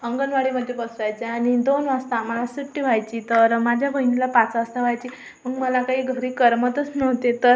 अंगणवाडीमध्ये बसवायचे आणि दोन वाजता आम्हाला सुट्टी व्हायची तर माझ्या बहिणीला पाच वाजता व्हायची मग मला काही घरी करमतच नव्हते तर